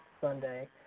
Sunday